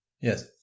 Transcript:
Yes